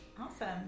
Awesome